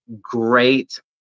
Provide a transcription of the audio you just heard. great